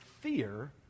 fear